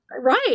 Right